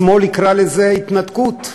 השמאל יקרא לזה התנתקות,